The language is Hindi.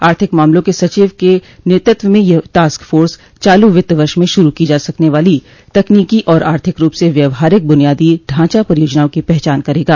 आर्थिक मामलों के सचिव के नेतृत्व में यह टास्क फ़ोर्स चालू वित्त वर्ष में शुरू की जा सकने वाली तकनीकी और आर्थिक रूप से व्यावहारिक बुनियादी ढांचा परियोजनाओं की पहचान करेगा